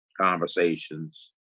conversations